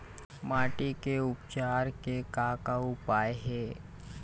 माटी के उपचार के का का उपाय हे?